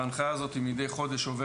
וההנחיה הזאת עוברת לשטח מדי שטח,